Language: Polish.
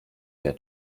wie